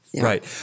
Right